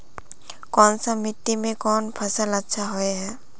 कोन सा मिट्टी में कोन फसल अच्छा होय है?